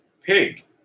pig